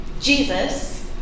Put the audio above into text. Jesus